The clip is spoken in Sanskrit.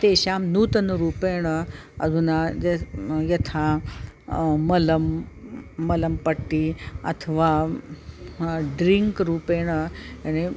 तेषां नूतनरूपेण अधुना य यथा मलं मलं पट्टि अथवा ड्रिङ्क् रूपेण